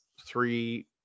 three